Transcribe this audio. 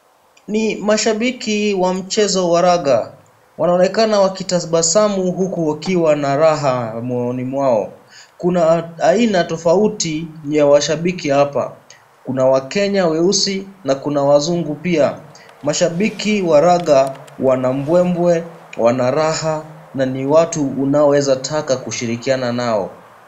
Ni mashabiki wa mchezo wa raga, wanaonekana wakitabasamu huku wakiwa na raha moyoni mwao. Kuna aina tofauti ya mashabiki hapa, kuna wakenya weusi, na kuna wazungu pia. Mashabiki wa raga, wana mbwembwe, wana raha, na ni watu unaoweza taka kushirikiaani nao.